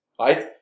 Right